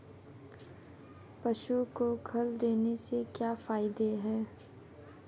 पशु को खल देने से क्या फायदे हैं?